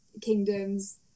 kingdoms